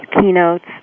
keynotes